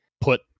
put